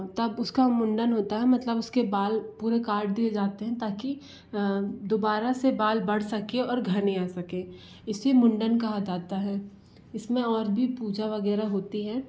तब उसका मुंडन होता है मतलब उसके बाल पूरे काट दिए जाते हैं ताकि दोबारा से बाल बढ़ सके और घने आ सकें इसे मुंडन कहा ताता है इसमें और भी पूजा वगैरह होती है